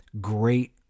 great